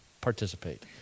participate